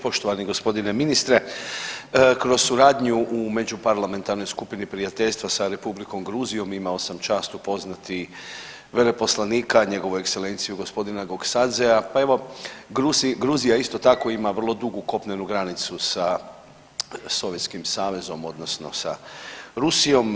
Poštovani g. ministre, kroz suradnju u međuparlamentarnoj skupini prijateljstva sa Republikom Gruzijom imao sam čast upoznati veleposlanika, njegovu ekselenciju g. Gogsadzea, pa evo Gruzija isto tako ima vrlo dugu kopnenu granicu sa Sovjetskim Savezom odnosno sa Rusijom.